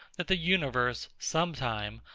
that the universe, sometime,